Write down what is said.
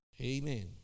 Amen